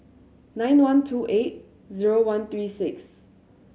nine one two eight zero one three six